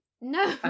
No